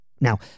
Now